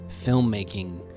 filmmaking